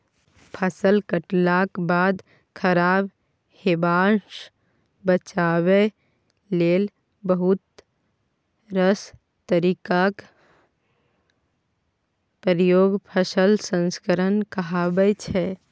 फसल कटलाक बाद खराब हेबासँ बचाबै लेल बहुत रास तरीकाक प्रयोग फसल संस्करण कहाबै छै